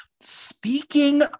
Speaking